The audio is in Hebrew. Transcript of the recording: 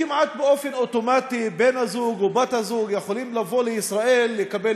או שאתה נשאר